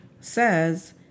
says